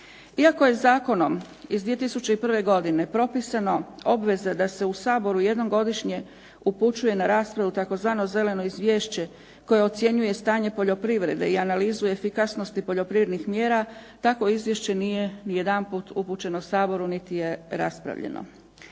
Iako je zakonom iz 2001. godine propisana obveza da se u Saboru jednom godišnje upućuje na raspravu tzv. Zeleno izvješće koje ocjenjuje stanje poljoprivrede i analizu efikasnosti poljoprivrednih mjera takvo izvješće nije ni jedanput upućeno Saboru niti je raspravljeno.